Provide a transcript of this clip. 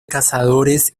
cazadores